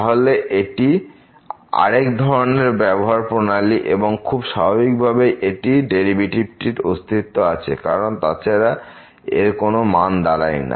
তাহলে এটি আরেক ধরনের ব্যবহার প্রণালী এবং খুব স্বাভাবিকভাবেই এই ডেরিভেটিভটির অস্তিত্ব আছে কারণ তাছাড়া এর কোনো মানে দাঁড়ায় না